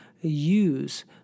use